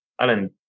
Alan